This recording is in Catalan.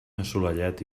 assolellat